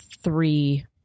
three